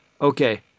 Okay